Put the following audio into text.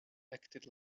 acted